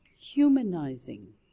humanizing